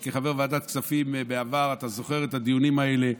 שכחבר ועדת כספים בעבר אתה זוכר את הדיונים האלה.